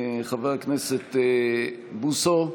בעד, חבר הכנסת בוסו,